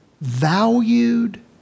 valued